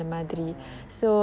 oh